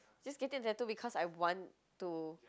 just getting a tattoo because I want to